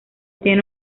tiene